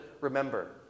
remember